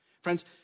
Friends